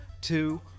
two